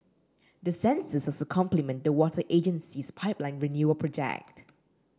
the sensors also complement the water agency's pipeline renewal project